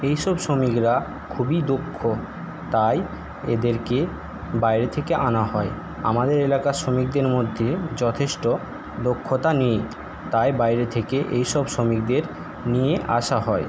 এইসব শ্রমিকরা খুবই দক্ষ তাই এদেরকে বাইরে থেকে আনা হয় আমাদের এলাকার শ্রমিকদের মধ্যে যথেষ্ট দক্ষতা নেই তাই বাইরে থেকে এইসব শ্রমিকদের নিয়ে আসা হয়